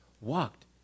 walked